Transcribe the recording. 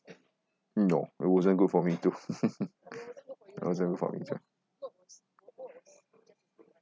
no it wasn't good for me too it wasn't good for me too